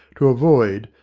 to avoid,